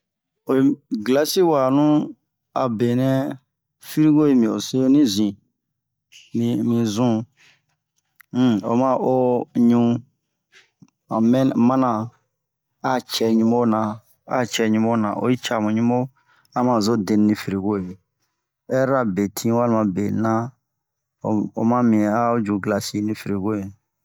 glasi wanou a benɛ frigo i mi o se ni zin mi zu um o ma o ɲu yan mana a cɛ ɲumo na oyi ca mu ɲubo a mazo deni ni frigoye ɛrira betin walima bena oma mi a o dji glasi o frigo